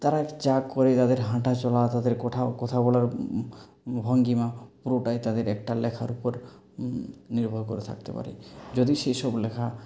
তারা যা করে তাদের হাঁটা চলা তাদের কঠা কথা বলা ভঙ্গিমা পুরোটাই তাদের একটা লেখার উপর নির্ভর করে থাকতে পারে যদি সেসব লেখা